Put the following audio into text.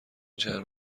چند